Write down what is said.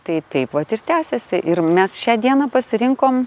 tai taip vat ir tęsiasi ir mes šią dieną pasirinkom